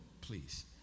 please